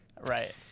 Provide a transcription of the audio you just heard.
right